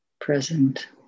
present